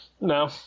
No